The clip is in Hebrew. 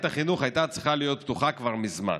החינוך הייתה צריכה להיות פתוחה כבר מזמן,